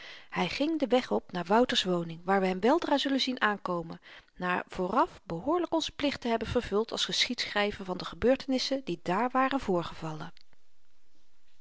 hy ging den weg op naar wouter's woning waar we hem weldra zullen zien aankomen na vooraf behoorlyk onzen plicht te hebben vervuld als geschiedschryver van de gebeurtenissen die daar waren voorgevallen